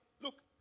Look